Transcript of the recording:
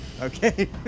Okay